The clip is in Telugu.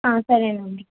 సరే అండి